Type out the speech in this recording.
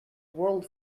world